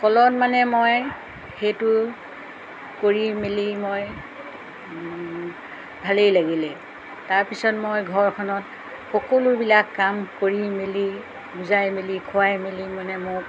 ক'লত মানে মই সেইটো কৰি মেলি মই ভালেই লাগিলে তাৰপিছত মই ঘৰখনত সকলোবিলাক কাম কৰি মেলি বুজাই মেলি খুৱাই মেলি মানে মোক